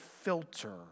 filter